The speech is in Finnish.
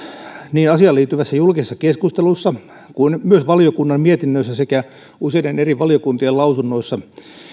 niin asiaan liittyvässä julkisessa keskustelussa kuin myös valiokunnan mietinnössä sekä useiden eri valiokuntien lausunnoissa